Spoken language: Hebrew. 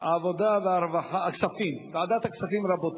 הכספים נתקבלה.